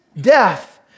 death